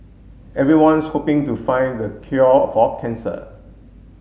everyone's hoping to find the cure for cancer